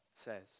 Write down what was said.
says